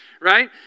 right